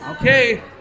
Okay